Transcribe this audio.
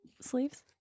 sleeves